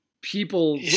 people